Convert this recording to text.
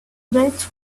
bridge